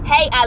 Hey